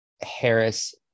harris